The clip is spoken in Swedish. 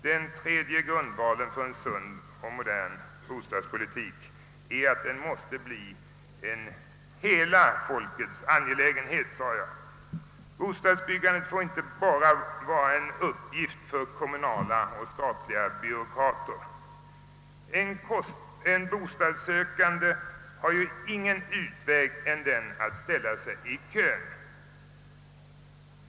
Den tredje grundvalen för en sund och modern bostadspolitik är att den måste, såsom jag sade, bli en hela folkets angelägenhet. Bostadsbyggandet får inte bara vara en uppgift för kommunala och statliga byråkrater. En bostadssökande har nu ingen annan utväg än att ställa sig i kö.